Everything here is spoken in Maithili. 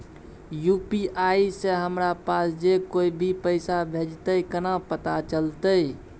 यु.पी.आई से हमरा पास जे कोय भी पैसा भेजतय केना पता चलते?